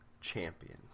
Champions